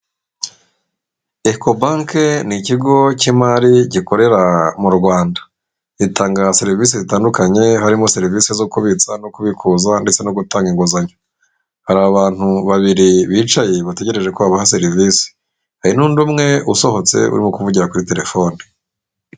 Ecobanki ni ikigo cy'imari gikorera mu Rwanda itanga serivisi zitandukanye harimo serivisi zo kubitsa no kubikuza ndetse no gutanga inguzanyo hari abantu babiri bicaye bategereje ko babaha serivisi hari n'undi umwe usohotse uri kuvugira kuri telefoni.